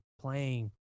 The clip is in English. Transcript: playing